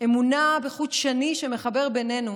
אמונה בחוט השני שמחבר בינינו,